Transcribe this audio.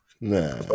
Nah